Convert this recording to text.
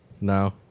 No